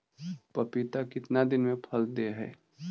पपीता कितना दिन मे फल दे हय?